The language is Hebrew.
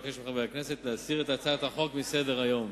אבקש מחברי הכנסת להסיר את הצעת החוק מסדר-היום.